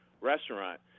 restaurant